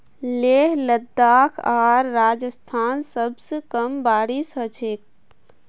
लेह लद्दाख आर राजस्थानत सबस कम बारिश ह छेक